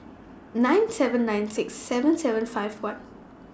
nine seven nine six seven seven five one